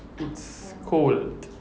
it's cold